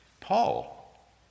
Paul